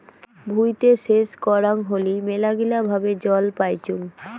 ভুঁইতে সেচ করাং হলি মেলাগিলা ভাবে জল পাইচুঙ